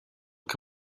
que